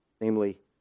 Namely